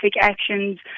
actions